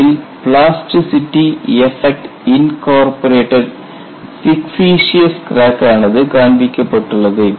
இதில் plasticity effect incorporated fictitious crack ஆனது காண்பிக்கப்பட்டுள்ளது